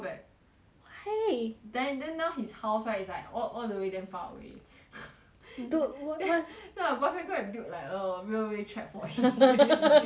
why then then now his house right it's like all all the way damn far away dude wh~ then my boyfriend go and built like a railway track for him